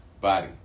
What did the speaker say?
body